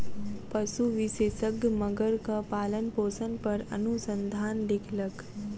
पशु विशेषज्ञ मगरक पालनपोषण पर अनुसंधान लिखलक